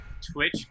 Twitch